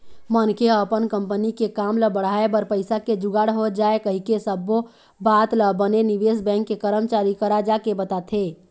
मनखे ह अपन कंपनी के काम ल बढ़ाय बर पइसा के जुगाड़ हो जाय कहिके सब्बो बात ल बने निवेश बेंक के करमचारी करा जाके बताथे